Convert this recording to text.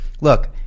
look